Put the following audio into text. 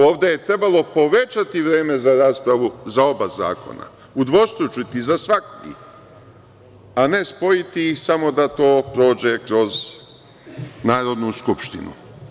Ovde je trebalo povećati vreme za raspravu, za oba zakona, udvostručiti za svaki, a ne spojiti ih samo da to prođe kroz Narodnu skupštinu.